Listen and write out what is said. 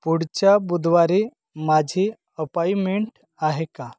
पुढच्या बुधवारी माझी अपॉइमेंट आहे का